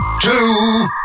two